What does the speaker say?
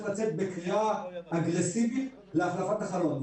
לצאת בקריאה אגרסיבית להחלפת החלון.